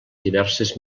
diverses